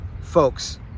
folks